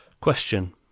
Question